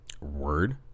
Word